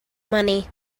money